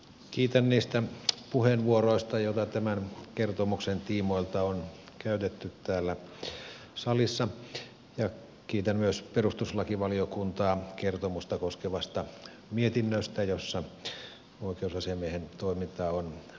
kiitän niistä puheenvuoroista joita tämän kertomuksen tiimoilta on käytetty täällä salissa ja kiitän myös perustuslakivaliokuntaa kertomusta koskevasta mietinnöstä jossa oikeusasiamiehen toimintaa on arvioitu hyvin myönteisesti